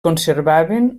conservaven